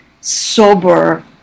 sober